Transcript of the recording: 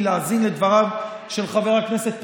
מלהאזין לדבריו של חבר הכנסת פרוש.